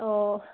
অঁ